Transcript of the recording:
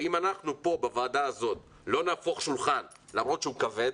ואם אנחנו פה בוועדה הזאת לא נהפוך שולחן למרות שהוא כבד